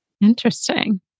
Interesting